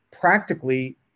practically